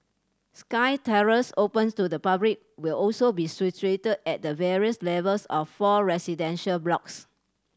sky terraces open to the public will also be situated at the various levels of four residential blocks